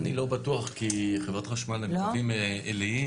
אני לא בטוח כי חברת חשמל הם קווים עיליים,